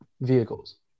vehicles